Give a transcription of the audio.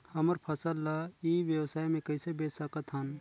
हमर फसल ल ई व्यवसाय मे कइसे बेच सकत हन?